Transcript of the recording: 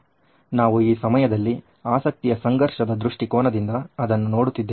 ನಾವು ಈ ಸಮಯದಲ್ಲಿ ಆಸಕ್ತಿಯ ಸಂಘರ್ಷದ ದೃಷ್ಟಿಕೋನದಿಂದ ಅದನ್ನು ನೋಡುತ್ತಿದ್ದೇವೆ